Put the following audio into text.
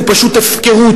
הוא פשוט הפקרות.